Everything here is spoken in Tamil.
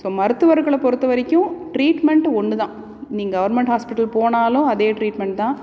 ஸோ மருத்துவர்களை பொறுத்தவரைக்கும் டிரீட்மெண்ட் ஒன்றுதான் நீ கவர்மெண்ட் ஹாஸ்பிட்டல் போனாலும் அதே டிரீட்மெண்ட் தான்